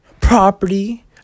property